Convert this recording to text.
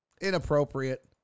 Inappropriate